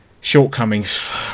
shortcomings